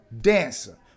dancer